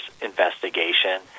investigation